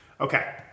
Okay